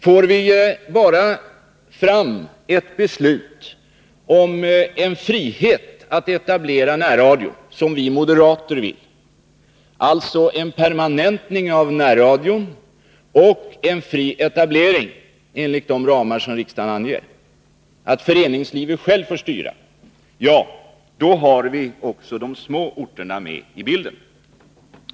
Får vi bara fram ett beslut om en frihet att etablera närradio, liksom en permanentning av närradion, som vi moderater vill, nämligen att föreningslivet självt får styra utbyggnadstakten, ja, då har vi också de små orterna med i bilden.